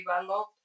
developed